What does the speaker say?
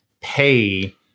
pay